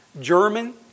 German